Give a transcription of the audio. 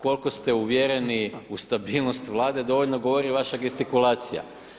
Koliko ste uvjereni u stabilnost Vlade dovoljno govori vaša gestikulacija.